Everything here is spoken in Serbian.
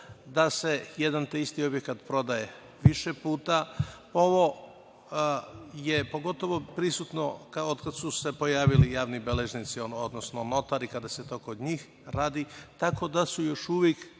da se jedan te isti objekat prodaje više puta. Ovo je pogotovo prisutno otkad su se pojavili javni beležnici, odnosno notari od kada se to kod njih radi, tako da su još uvek